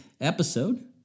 episode